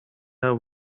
her